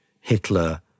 Hitler